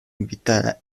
invitada